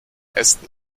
esten